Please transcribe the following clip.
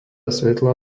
svetla